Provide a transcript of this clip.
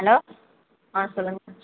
hello ஆ சொல்லுங்கள் ma'am